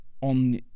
on